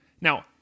Now